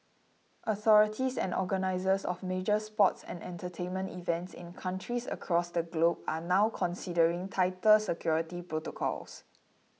authorities and organisers of major sports and entertainment events in countries across the globe are now considering tighter security protocols